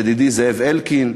ידידי, זאב אלקין,